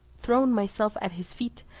thrown myself at his feet,